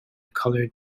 coloured